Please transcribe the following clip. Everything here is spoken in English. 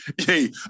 Hey